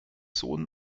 sohn